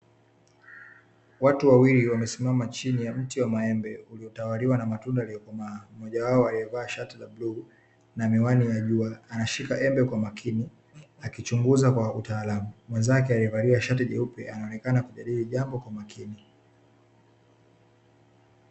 Watu wawili wamesimama chini ya mti wa maembe, uliotawaliwa na matunda yaliyokomaa, mmoja wao aliyevaa shati la bluu na miwani ya jua anashika embe kwa makini, akichunguza kwa utaalamu. Mwenzake aliyevalia shati jeupe anaonekana kujadili jambo kwa makini.